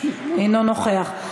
אינו נוכח,